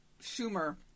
Schumer